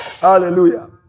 Hallelujah